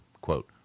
quote